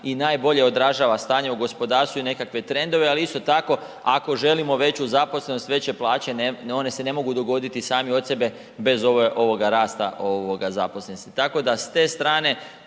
i najbolje odražava stanje u gospodarstvu i nekakve trendove. Ali isto tako ako želimo veću zaposlenost, veće plaće one se ne mogu dogoditi same od sebe bez ovoga rasta zaposlenosti.